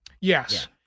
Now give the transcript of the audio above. Yes